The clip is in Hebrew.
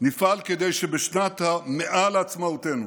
נפעל כדי שבשנת המאה לעצמאותנו,